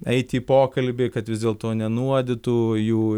eiti į pokalbį kad vis dėlto nenuodytų jų